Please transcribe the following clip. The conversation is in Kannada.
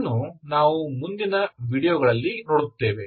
ಇದನ್ನು ನಾವು ಮುಂದಿನ ವೀಡಿಯೊಗಳಲ್ಲಿ ನೋಡುತ್ತೇವೆ